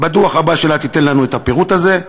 בדוח הבא שלה תיתן לנו את הפירוט הזה.